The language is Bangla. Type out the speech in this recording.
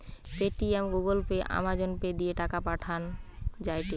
Paytm, Google Pay, Amazon Pay দিয়ে টাকা পাঠান যায়টে